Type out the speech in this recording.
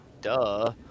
duh